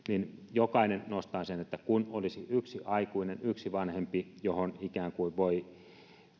jokainen nostaa sen että kun olisi yksi aikuinen yksi vanhempi johon voi